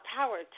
Power